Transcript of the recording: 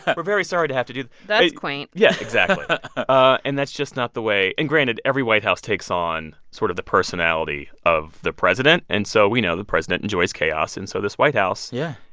but we're very sorry to have to do that that's quaint yeah, exactly ah and that's just not the way and, granted, every white house takes on sort of the personality of the president. and so we know the president enjoys chaos, and so this white house. yeah.